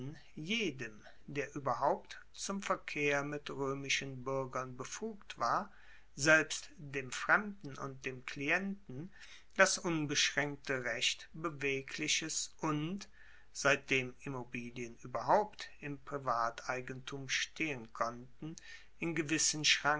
jedem der ueberhaupt zum verkehr mit roemischen buergern befugt war selbst dem fremden und dem klienten das unbeschraenkte recht bewegliches und seitdem immobilien ueberhaupt im privateigentum stehen konnten in gewissen